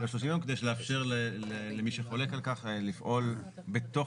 כדי לאפשר למי שחולק על כך לפעול בתוך